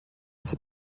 sais